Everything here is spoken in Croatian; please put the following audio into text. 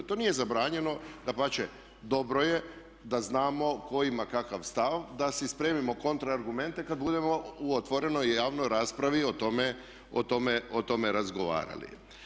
To nije zabranjeno, dapače dobro je da znamo tko ima kakav stav, da si spremimo kontra argumente kad budemo u otvorenoj i javnoj raspravi o tome razgovarali.